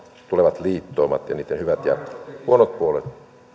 tulevat liittoumamme ja niitten hyvät ja huonot puolet